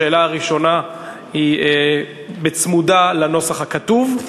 השאלה הראשונה היא בצמוד לנוסח הכתוב,